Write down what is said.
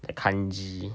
the kanji